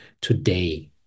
today